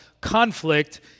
conflict